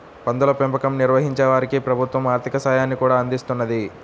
పందుల పెంపకం నిర్వహించే వారికి ప్రభుత్వం ఆర్ధిక సాయాన్ని కూడా అందిస్తున్నది